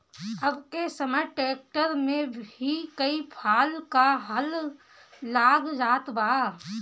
अब के समय ट्रैक्टर में ही कई फाल क हल लाग जात बा